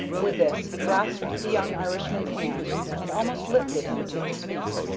with this he grasped the young irishman's hand and almost lifted him to his feet.